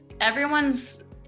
everyone's